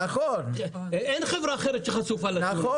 אין חברה אחרת שחשופה לתלונות.